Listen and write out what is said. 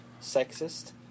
sexist